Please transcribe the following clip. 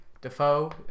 Defoe